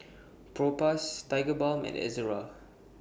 Propass Tigerbalm and Ezerra